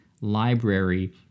library